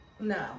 No